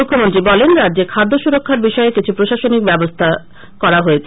মুখ্যমন্ত্রী বলেন রাজ্যে খাদ্য সুরষ্কার বিষয়ে কিছু প্রশাসনিক ব্যবস্থা হয়েছে